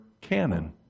canon